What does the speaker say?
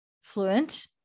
fluent